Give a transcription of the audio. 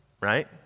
Right